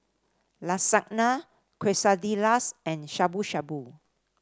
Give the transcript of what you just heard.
Lasagne Quesadillas and Shabu Shabu